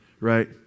right